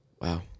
Wow